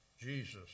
Jesus